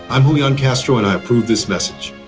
i'm julian castro and i approve this message